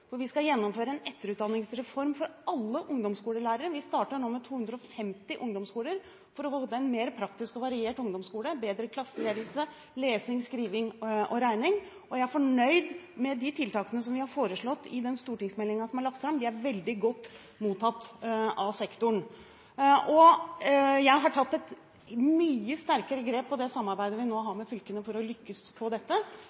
vi skal gjennomføre en etterutdanningsreform for alle ungdomsskolelærere. Vi starter nå med 250 ungdomsskoler for å få en mer praktisk og variert ungdomsskole, bedre klasseledelse, bedre lesing, skriving og regning. Jeg er fornøyd med de tiltakene vi har foreslått i den stortingsmeldingen som er lagt fram. De er veldig godt mottatt av sektoren. Og jeg har tatt et mye sterkere grep på det samarbeidet vi nå